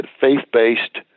faith-based